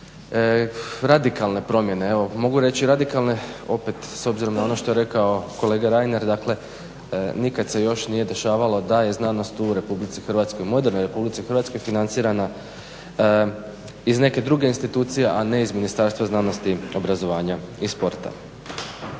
radikalne promjene evo mogu reći radikalne opet s obzirom na ono što je rekao kolega Reiner, dakle nikad se još nije dešavalo da je znanost u Republici Hrvatskoj, modernoj Republici Hrvatskoj, financirana iz neke druge institucije, a ne iz Ministarstva znanosti, obrazovanja i sporta.